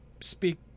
speak